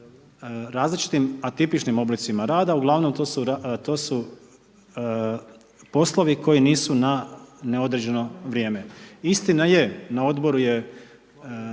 različitim atipičnim oblicima rada uglavnom to su poslovi koji nisu na neodređeno vrijeme. Istina je, na odboru je,